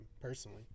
personally